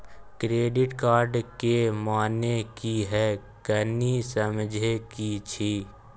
Credit card के माने की हैं, कनी समझे कि छि?